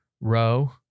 row